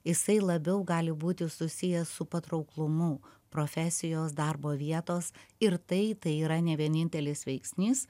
jisai labiau gali būti susijęs su patrauklumu profesijos darbo vietos ir tai tai yra ne vienintelis veiksnys